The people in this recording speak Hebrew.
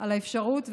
על האפשרות,